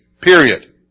Period